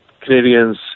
Canadians